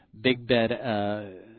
big-bed